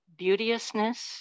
beauteousness